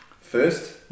first